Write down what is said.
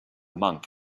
monk